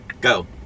go